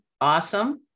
awesome